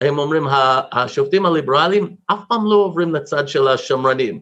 הם אומרים השופטים הליברליים אף פעם לא עוברים לצד של השמרנים